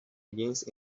against